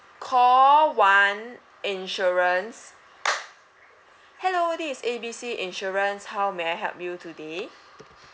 call one insurance hello this is A B C insurance how may I help you today